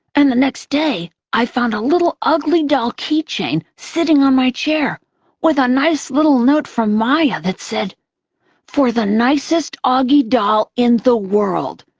and the next day i found a little uglydoll key chain sitting on my chair with a nice little note from maya that said for the nicest auggie doll in the world!